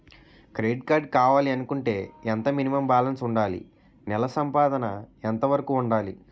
Credit card కావాలి అనుకుంటే ఎంత మినిమం బాలన్స్ వుందాలి? నెల సంపాదన ఎంతవరకు వుండాలి?